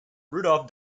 rudolph